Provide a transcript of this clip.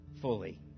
fully